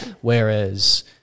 whereas